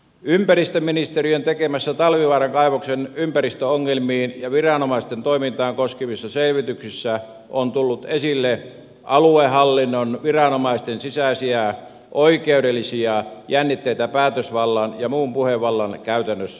ympäristöministeriön tekemissä talvivaaran kaivoksen ympäristöongelmia ja viranomaisten toimintaa koskevissa selvityksissä on tullut esille aluehallinnon viranomaisten sisäisiä oikeudellisia jännitteitä mitä päätösvallan ja muun puhevallan käytössä on ollut